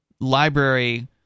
library